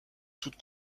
toutes